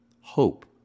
hope